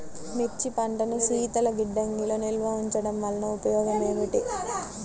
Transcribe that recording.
మిర్చి పంటను శీతల గిడ్డంగిలో నిల్వ ఉంచటం వలన ఉపయోగం ఏమిటి?